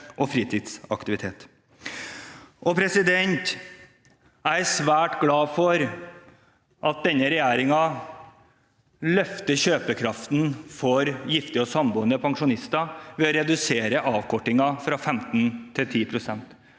i fritidsaktivitet. Jeg er svært glad for at denne regjeringen løfter kjøpekraften for gifte og samboende pensjonister ved å redusere avkortingen fra 15 til 10 pst.,